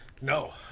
no